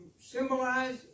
symbolize